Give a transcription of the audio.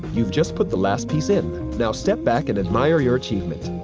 you've just put the last piece in. now step back and admire your achievement!